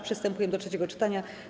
Przystępujemy do trzeciego czytania.